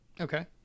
Okay